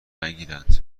نگیرند